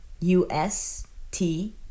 U-S-T